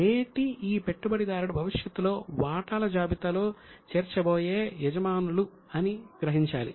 నేటి ఈ పెట్టుబడిదారుడు భవిష్యత్తులో వాటాల జాబితాలో చేర్చబోయే యజమానులు అని గ్రహించాలి